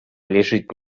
лежит